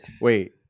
wait